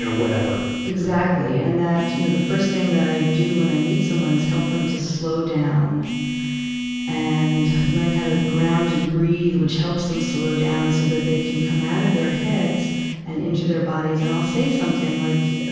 ah whatever. exactly. and that, you know, the first thing that i do when i meet someone is help them to slow down and learn how to ground and breathe, which helps them slow down so that they can come out of their heads and into their bodies. and i'll say something like, ah,